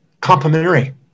complementary